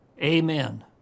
amen